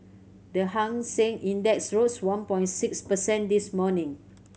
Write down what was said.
the Hang Seng Index rose one point six percent this morning